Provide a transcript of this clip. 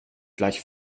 gleich